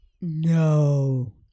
No